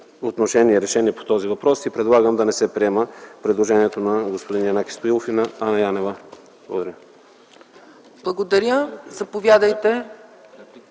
правилно решение по този въпрос и предлагам да не се приема предложението на господин Янаки Стоилов и на Анна Янева. Благодаря.